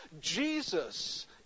Jesus